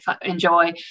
enjoy